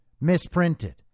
misprinted